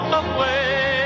away